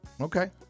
Okay